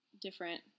different